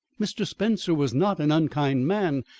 mr. spencer was not an unkind man,